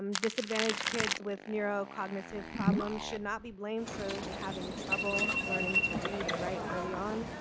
um disadvantaged kids with neuro cognitive problems should not be blamed for having trouble learning to read and write early on.